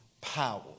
power